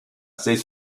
c’est